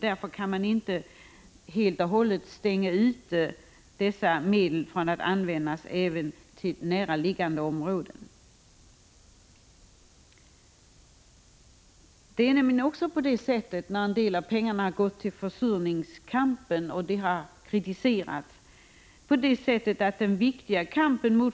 Därför går det inte att helt och hållet stänga ute dessa medel från att användas även till näraliggande områden. En del av pengarna har gått till försurningskampen, och det har kritiserats.